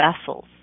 vessels